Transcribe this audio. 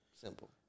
Simple